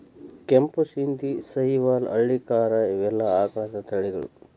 ಕೆಂಪು ಶಿಂದಿ, ಸಹಿವಾಲ್ ಹಳ್ಳಿಕಾರ ಇವೆಲ್ಲಾ ಆಕಳದ ತಳಿಗಳು